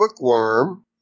Bookworm